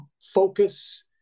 focus